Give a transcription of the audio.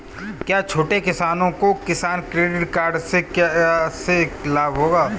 क्या छोटे किसानों को किसान क्रेडिट कार्ड से लाभ होगा?